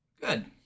Good